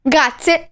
Grazie